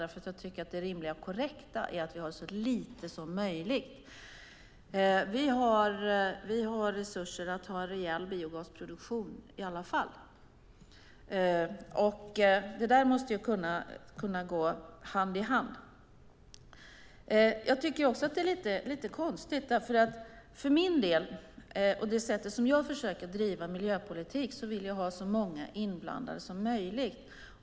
Det rimliga och korrekta är att vi har så lite som möjligt. Vi har resurser för en rejäl biogasproduktion. Det måste gå hand i hand. Det här är också lite konstigt. För min del och med det sätt jag försöker driva miljöpolitik vill jag ha så många inblandade som möjligt.